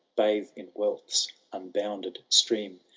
bathe in wealth's unbounded stream,